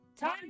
time